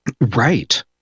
right